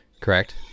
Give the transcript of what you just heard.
correct